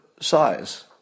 size